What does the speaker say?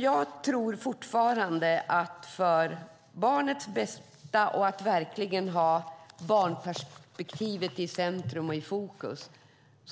Jag tror fortfarande att för barnets bästa och för att verkligen ha barnperspektivet i fokus